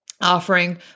offering